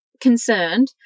concerned